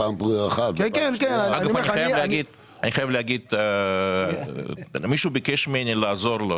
אני חייב להגיד שלפני כמה ימים מישהו ביקש ממני לעזור לו,